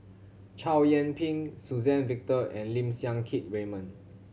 Chow Yian Ping Suzann Victor and Lim Siang Keat Raymond